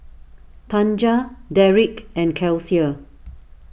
Tanja Derek and Kelsea